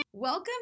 Welcome